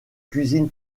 cuisine